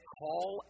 call